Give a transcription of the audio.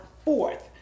Fourth